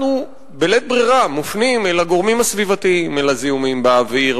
אנחנו בלית ברירה מופנים אל הגורמים הסביבתיים: אל הזיהומים באוויר,